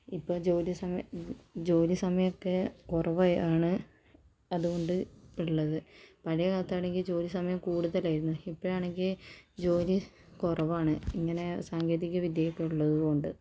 ഇപ്പം ജോലി സമയ ജോലി സമയമൊക്കേ കുറവ് ആണ് അതുകൊണ്ട് ഉള്ളത് പഴയ കാലത്താണെങ്കിൽ ജോലി സമയം കൂടുതലായിരുന്നു ഇപ്പഴാണെങ്കിൽ ജോലി കുറവാണ് ഇങ്ങനെ സാങ്കേതിക വിദ്യക്കേ ഉള്ളത് കൊണ്ട്